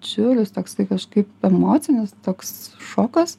didžiulis toksai kažkaip emocinis toks šokas